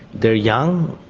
they're young,